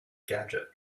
gadget